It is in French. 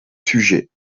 sujet